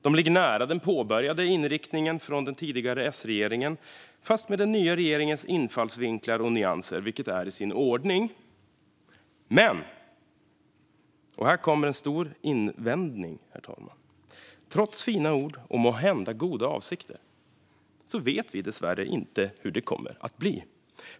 De ligger nära den påbörjade inriktningen från den tidigare S-regeringen fast med den nya regeringens infallsvinklar och nyanser, vilket är i sin ordning. Men - här kommer en stor invändning, herr talman - trots fina ord och måhända goda avsikter vet vi dessvärre inte hur det kommer att bli.